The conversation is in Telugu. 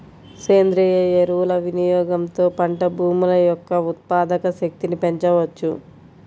సేంద్రీయ ఎరువుల వినియోగంతో పంట భూముల యొక్క ఉత్పాదక శక్తిని పెంచవచ్చు